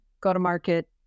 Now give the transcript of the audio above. go-to-market